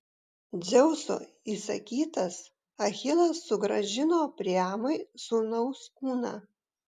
dzeuso įsakytas achilas sugrąžino priamui sūnaus kūną